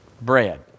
bread